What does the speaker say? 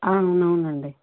అవునవునండి